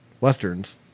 westerns